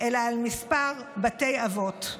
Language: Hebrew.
אלא על מספר בתי אבות.